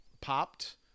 popped